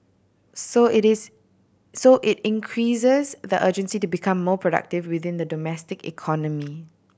so it is so it increases the urgency to become more productive within the domestic economy